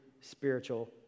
spiritual